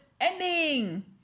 ending